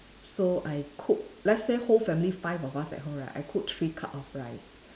so I cook let's say whole family five of us at home right I cook three cup of rice